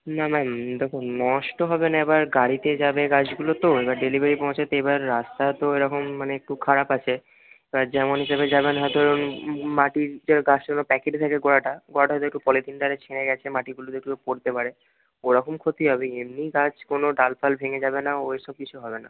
না ম্যাম দেখুন নষ্ট হবেনা এবার গাড়িতে যাবে গাছগুলো তো এবার ডেলিভারি পৌঁছাতে এবার রাস্তা তো ওই রকম মানে একটু খারাপ আছে এবার যেমন হিসাবে যাবেন হয়তো মাটির যাই হোক গাছটা প্যাকেটে থাকে গোড়াটা গোড়াটা যদি একটু পলিথিন ধারে ছিঁড়ে গেছে মাটিগুলো যেগুলো পড়তে পারে ওরকম ক্ষতি হবে এমনি গাছ কোনও ডাল ফাল ভেঙে যাবে না ওই সব কিছু হবে না